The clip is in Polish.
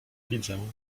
widzę